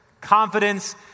Confidence